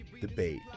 debate